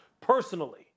personally